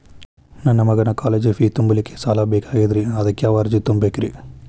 ನನ್ನ ಮಗನ college fee ತುಂಬಲಿಕ್ಕೆ ಸಾಲ ಬೇಕಾಗೆದ್ರಿ ಅದಕ್ಯಾವ ಅರ್ಜಿ ತುಂಬೇಕ್ರಿ?